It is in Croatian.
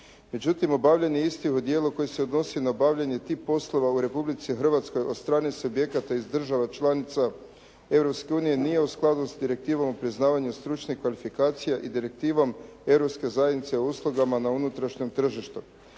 Međutim, obavljanje istih u dijelu koji se odnosi na obavljanje tih poslova u Republici Hrvatskoj od strane subjekata iz država članica Europske unije nije u skladu s Direktivom o priznavanju stručnih kvalifikacija i Direktivom Europske zajednice o uslugama na unutrašnjem tržištu.